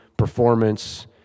performance